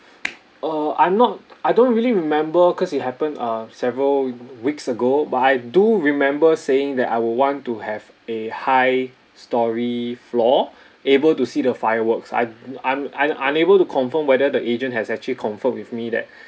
uh I'm not I don't really remember cause it happened a several weeks ago but I do remember saying that I would want to have a high storey floor able to see the fireworks I'm~ I'm I'm unable to confirm whether the agent has actually confirm with me that